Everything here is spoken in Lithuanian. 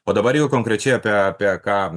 o dabar jau konkrečiai apie apie ką